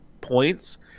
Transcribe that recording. points